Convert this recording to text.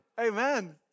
Amen